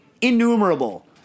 innumerable